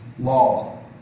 Law